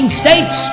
states